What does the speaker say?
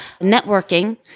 networking